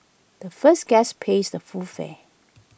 the first guest pays the full fare